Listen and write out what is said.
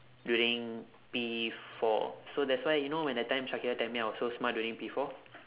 during P four so that's why you know when the time shakira tell me I was so smart during P four